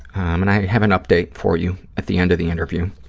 and i have an update for you at the end of the interview.